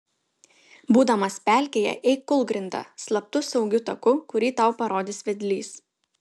būdamas pelkėje eik kūlgrinda slaptu saugiu taku kurį tau parodys vedlys